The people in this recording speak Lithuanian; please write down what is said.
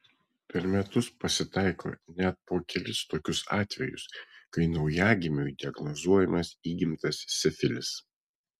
per metus pasitaiko net po kelis tokius atvejus kai naujagimiui diagnozuojamas įgimtas sifilis